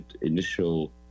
initial